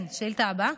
השאילתה הבאה.